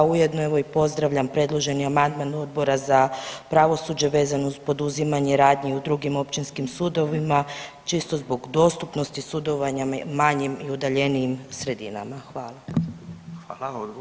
Ujedno evo i pozdravljam predloženi amandman Odbora za pravosuđe vezano uz poduzimanje radnji u drugim općinskim sudovima čisto zbog dostupnosti sudovanja manjim i udaljenijim sredinama.